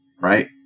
right